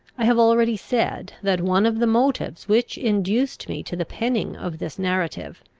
i have already said, that one of the motives which induced me to the penning of this narrative,